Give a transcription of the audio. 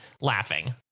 laughing